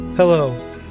Hello